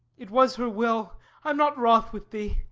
it was her will. i am not wroth with thee.